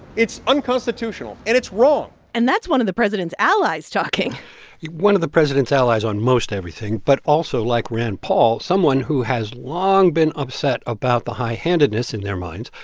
it's unconstitutional. and it's wrong and that's one of the president's allies talking one of the president's allies on most everything but also, like rand paul, someone who has long been upset about the high-handedness, in their minds,